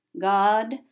God